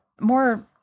more